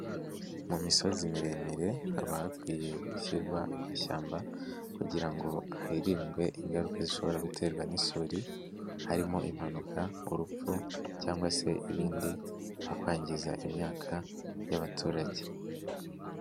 Mu misozi miremire haba hakwiye gushyirwa amashyamba, kugira ngo hirindwe ingaruka zishobora guterwa n'isuri ,harimo; impanuka ,urupfu, cyangwa se ibindi ,nko kwangiza imyaka y'abaturage.